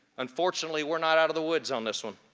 unfortunately, we're not out of the woods on this one,